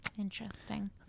interesting